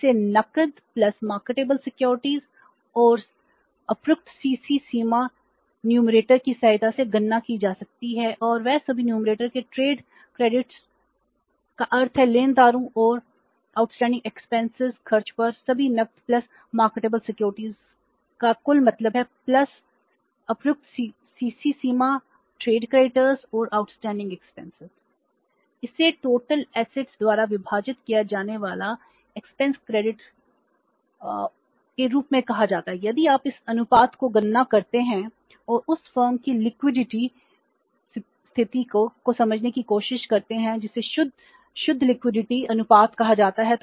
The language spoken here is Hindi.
इसे टोटल असेट्स सीमा है